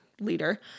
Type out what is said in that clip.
leader